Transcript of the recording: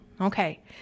okay